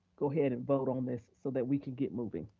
go ahead and vote on this so that we can get moving.